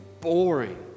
boring